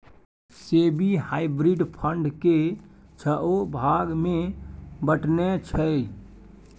SEBI hybrid fund केँ छओ भाग मे बँटने छै